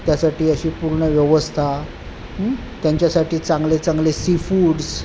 त्यासाठी अशी पूर्ण व्यवस्था त्यांच्यासाठी चांगले चांगले सी फूड्स